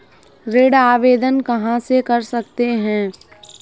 ऋण आवेदन कहां से कर सकते हैं?